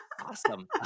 Awesome